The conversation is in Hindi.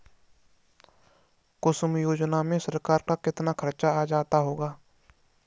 कुसुम योजना में सरकार का कितना खर्चा आ जाता होगा